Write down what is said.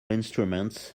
instruments